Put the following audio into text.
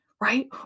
Right